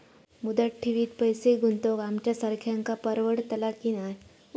मुदत ठेवीत पैसे गुंतवक आमच्यासारख्यांका परवडतला की नाय?